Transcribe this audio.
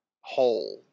whole